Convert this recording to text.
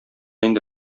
инде